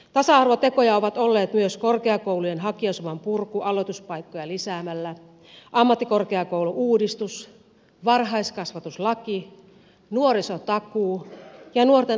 tasa arvotekoja ovat olleet myös korkeakoulujen hakijasuman purku aloituspaikkoja lisäämällä ammattikorkeakoulu uudistus varhaiskasvatuslaki nuorisotakuu ja nuorten aikuisten osaamisohjelma